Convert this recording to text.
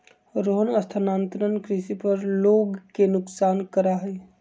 रोहन स्थानांतरण कृषि पर लोग के नुकसान करा हई